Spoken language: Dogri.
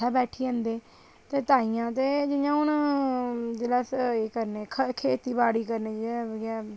उत्थें बेही' जंदे ते ताहियें ते में जि''यां हू'न जेल्लै अस एह् करने खेती बाड़ी करने इ'यै